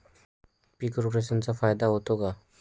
पीक रोटेशनचा फायदा होतो का?